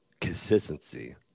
consistency